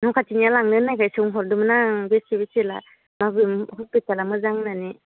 न' खाथिनिया लांनो होननायखाय सोंहरदोंमोन आं बेसे बेसे लागोन बबे हस्पिटाला मोजां होननानै